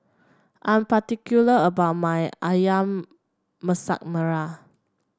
I'm particular about my ayam Masak Merah